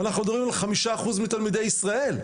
ואנחנו מדברים על חמישה אחוז מתלמידי ישראל.